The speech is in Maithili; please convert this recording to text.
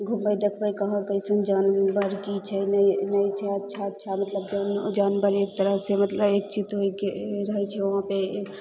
घुमबय देखबय कहाँ कइसन जानवर की छै नै छै अच्छा अच्छा मतलब जान जानवरे एक तरहसँ मतलब एक चित्त होइके रहय छै वहाँ पर